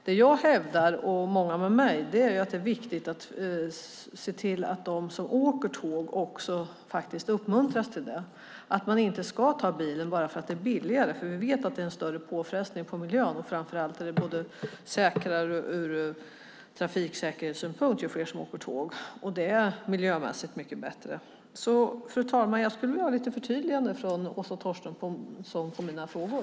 Det jag och många med mig hävdar är att det är viktigt att se till att de som åker tåg också uppmuntras till det. Man ska inte ta bilen bara därför att det är billigare, för vi vet att det är en större påfrestning på miljön. Framför allt är det säkrare ur trafiksäkerhetssynpunkt ju fler som åker tåg, och det är miljömässigt mycket bättre. Fru talman! Jag skulle vilja ha lite förtydligande från Åsa Torstensson av svaren på mina frågor.